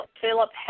Philip